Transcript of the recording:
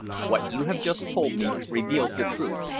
what you have just told me reveals the truth.